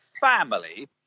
family